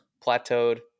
plateaued